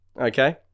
Okay